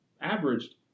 averaged